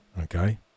okay